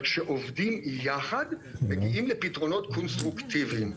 אבל כשעובדים יחד מגיעים לפתרונות קונסטרוקטיביים.